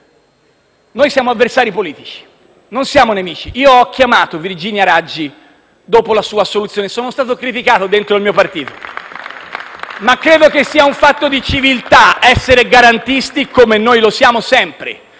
siamo avversari politici, non siamo nemici. Ho chiamato Virginia Raggi dopo la sua assoluzione e sono stato criticato dentro il mio partito *(Applausi dal Gruppo PD)*, ma credo sia un fatto di civiltà essere garantisti, come noi lo siamo sempre.